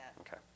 okay